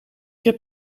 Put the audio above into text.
heb